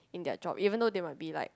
in their job even though they might be like